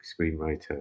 screenwriter